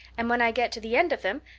and when i get to the end of them,